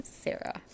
Sarah